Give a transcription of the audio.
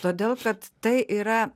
todėl kad tai yra